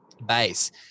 Base